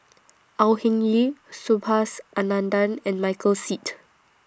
Au Hing Yee Subhas Anandan and Michael Seet